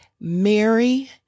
Mary